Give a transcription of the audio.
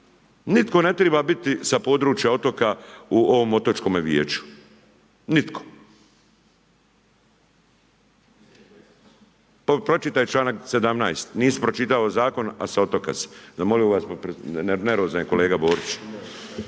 nitko ne treba biti sa područja otoka u ovom otočkome vijeću, nitko. Pročitaj čl. 17. Nisi pročitao Zakon, a sa otoka si. Zamolio bih vas, nervozan je kolega Borić.